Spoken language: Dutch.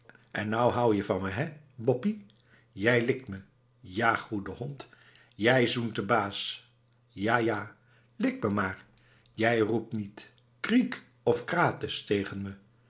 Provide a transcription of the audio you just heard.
en nou hou je van mij hé boppie jij likt me ja goeie hond jij zoent den baas ja ja lik me maar jij roept niet kriek of krates tegen me